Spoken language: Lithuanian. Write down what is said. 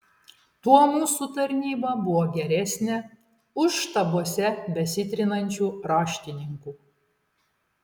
tuo mūsų tarnyba buvo geresnė už štabuose besitrinančių raštininkų